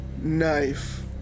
knife